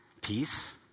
peace